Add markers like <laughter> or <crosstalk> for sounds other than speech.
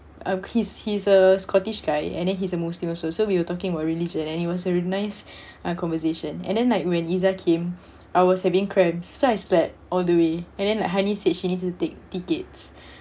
uh he's he's a scottish guy and then he's a muslim also so we were talking about religion and it was a nice <breath> uh conversation and then like when izzah came I was having cramps so I slept all the way and then like hani said she need to take tickets